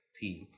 theme